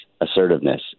assertiveness